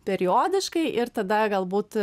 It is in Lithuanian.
periodiškai ir tada galbūt